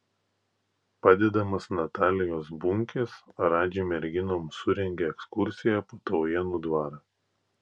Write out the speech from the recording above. padedamas natalijos bunkės radži merginoms surengė ekskursiją po taujėnų dvarą